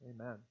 Amen